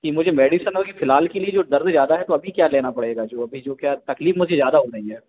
कि मुझे मेडिसिनों की फिलहाल के लिए जो दर्द ज़्यादा है तो अभी क्या लेना पड़ेगा जो अभी जो क्या तकलीफ मुझे ज़्यादा हो रही है